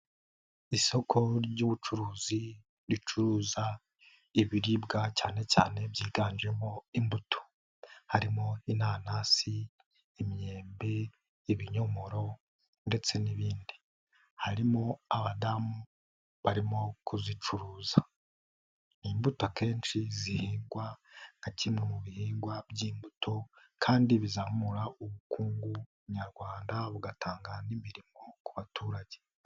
Isoko ry'ubucuruzi ricuruza ibiribwa cyane cyane byiganjemo imbuto. Harimo: inanasi, imyembe, ibinyomoro ndetse n'ibindi harimo abadamu barimo kuzicuruza. Imbuto akenshi zihingwa nka kimwe mu bihingwa by'imbuto kandi bizamura ubukungu nyarwanda bugatanga n'imirimo ku baturage.